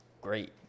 great